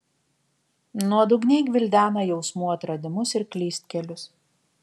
nuodugniai gvildena jausmų atradimus ir klystkelius